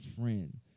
friend